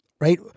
Right